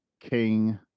King